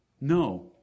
No